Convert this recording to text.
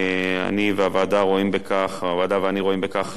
הוועדה ואני רואים בכך